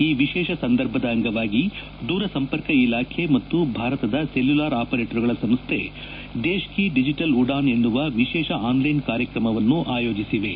ಈ ವಿಶೇಷ ಸಂದರ್ಭದ ಅಂಗವಾಗಿ ದೂರಸಂಪರ್ಕ ಇಲಾಖೆ ಮತ್ತು ಭಾರತದ ಸೆಲ್ಯುಲಾರ್ ಆಪರೇಟರುಗಳ ಸಂಸ್ಥೆ ದೇಶ್ ಕೀ ಡಿಜಿಟಲ್ ಉಡಾನ್ ಎನ್ನುವ ವಿಶೇಷ ಆನ್ಲ್ಟೆನ್ ಕಾರ್ಯಕ್ರಮವನ್ನು ಆಯೋಜಿಸಿವೆ